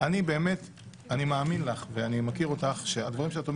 אני מאמין לך ואני מכיר אותך שהדברים שאת אומרת,